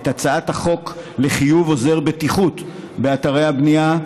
את הצעת החוק לחיוב עוזר בטיחות באתרי הבנייה.